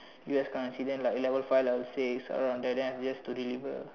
U_S currency then like level five level six around there then just to deliver